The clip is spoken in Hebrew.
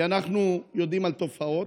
כי אנחנו יודעים על תופעות.